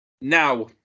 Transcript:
Now